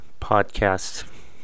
podcast